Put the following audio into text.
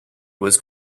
was